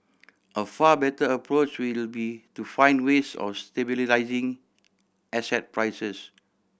a far better approach would be to find ways of stabilising asset prices